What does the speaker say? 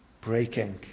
breaking